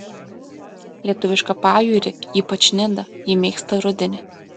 lietuvišką pajūrį ypač nidą ji mėgsta rudenį